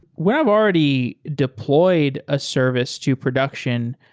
when i've already deployed a service to production,